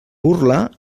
burla